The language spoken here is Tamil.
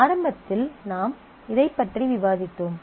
ஆரம்பத்தில் நாம் இதைப் பற்றி விவாதித்தோம்